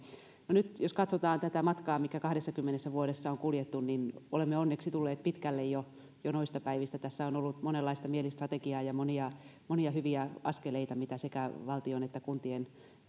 nyt jos katsotaan tätä matkaa mikä kahdessakymmenessä vuodessa on kuljettu olemme onneksi tulleet pitkälle jo jo noista päivistä tässä on ollut monenlaista mielistrategiaa ja monia monia hyviä askeleita mitä sekä valtion kuntien